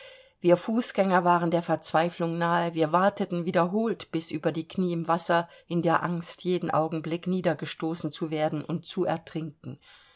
wir fußgänger waren der verzweiflung nahe wir wateten wiederholt bis über die knie im wasser in der angst jeden augenblick niedergestoßen zu werden und zu ertrinken